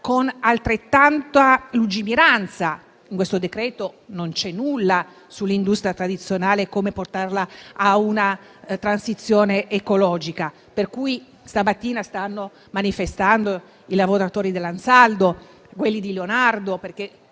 con altrettanta lungimiranza. In questo decreto non c'è nulla sull'industria tradizionale e come portarla a una transizione ecologica, per cui stamattina stanno manifestando i lavoratori dell'Ansaldo e quelli di Leonardo, che